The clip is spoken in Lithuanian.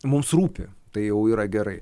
mums rūpi tai jau yra gerai